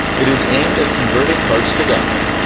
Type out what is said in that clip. it is aimed at converting hearts to god,